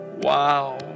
Wow